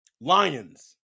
Lions